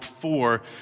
four